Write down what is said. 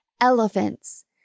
Elephants